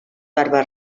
barba